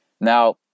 now